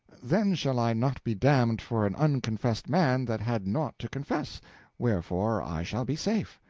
then shall i not be damned for an unconfessed man that had naught to confess wherefore, i shall be safe.